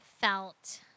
felt